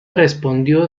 respondió